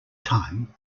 time